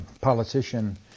politician